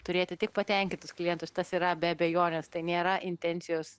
turėti tik patenkintus klientus tas yra be abejonės tai nėra intencijos